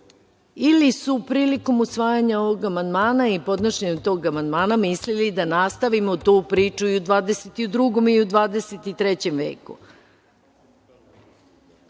ili su prilikom usvajanja ovog amandmana i podnošenjem tog amandmana mislili da nastavimo tu priču i u 22. i u 23.